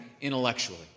intellectually